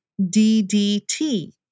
DDT